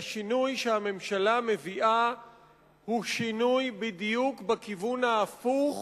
השינוי שהממשלה מביאה הוא שינוי בדיוק בכיוון ההפוך